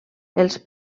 els